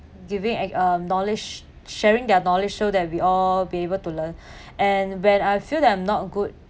giving a knowledge sharing their knowledge so that we all be able to learn and when I feel that I'm not good